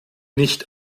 nicht